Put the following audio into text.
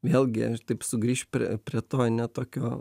vėlgi aš taip sugrįšiu prie to ane tokio